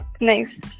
Nice